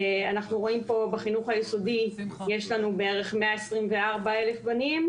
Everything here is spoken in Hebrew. אנחנו רואים בחינוך היסודי בערך 124,000 בנים,